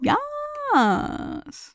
Yes